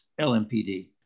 LMPD